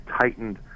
tightened